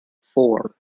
four